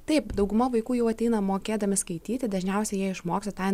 taip dauguma vaikų jau ateina mokėdami skaityti dažniausiai jie išmoksta tą